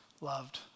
loved